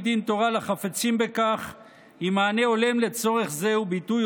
דין תורה לחפצים בכך היא מענה הולם לצורך זה וביטוי